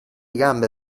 gambe